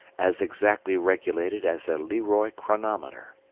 as exactly regulated as a leroy chronometer.